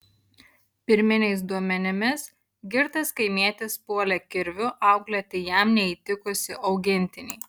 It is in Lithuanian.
pirminiais duomenimis girtas kaimietis puolė kirviu auklėti jam neįtikusį augintinį